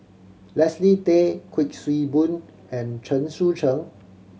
Leslie Tay Kuik Swee Boon and Chen Sucheng